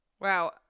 Wow